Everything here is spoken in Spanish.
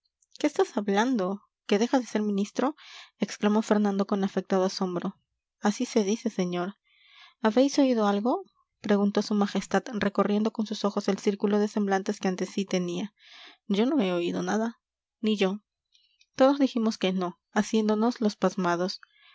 qué estás hablando que dejas de ser ministro exclamó fernando con afectado asombro así se dice señor habéis oído algo preguntó su majestad recorriendo con sus ojos el círculo de semblantes que ante sí tenía yo no he oído nada ni yo todos dijimos que no haciéndonos los pasmados